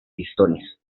pistones